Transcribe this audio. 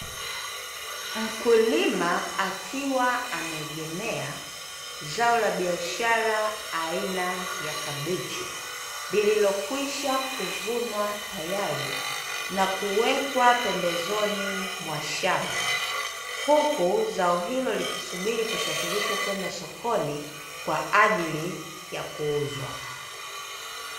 Mkulima akiwa ameegemea zao la biashara aina ya kabichi, lililokwisha kuvunwa tayari na kuwekwa pembezoni mwa shamba, huku zao hilo likisubiri kusafirishwa kwenda sokoni kwa ajili ya kuuzwa.